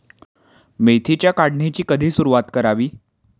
मेथीच्या काढणीची कधी सुरूवात करावी?